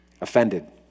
offended